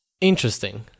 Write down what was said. interesting